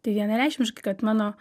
tai vienareikšmiškai kad mano